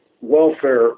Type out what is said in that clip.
welfare